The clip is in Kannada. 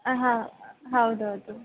ಹಾಂ ಹಾಂ ಹೌದು ಹೌದು